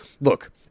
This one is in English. look